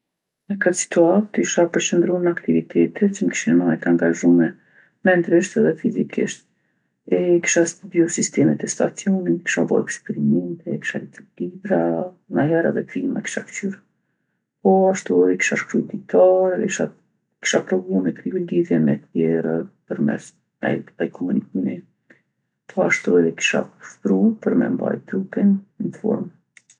Në këtë situatë isha përqëndru n'aktivitete që m'kishin majtë t'angazhume mendrisht edhe fizikisht. E kisha studiju sistemet e stacionit, kisha bo eksperimente, kisha lexu libra, najher edhe filma kisha kqyr. Poashtu edhe kisha shkrujt ditar e isha, kisha provu me kriju lidhje me tjerët përmes naj lloj komunikimi. Poashtu edhe kisha ushtru për me mbajt trupin n'formë.